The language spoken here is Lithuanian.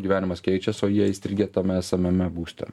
gyvenimas keičias o jie įstrigę tame esamame būste